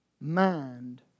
mind